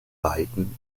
weiden